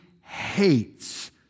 hates